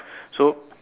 so